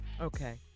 Okay